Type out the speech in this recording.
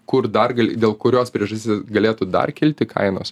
kur dar gali dėl kurios priežasties galėtų dar kilti kainos